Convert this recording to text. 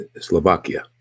Slovakia